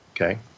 Okay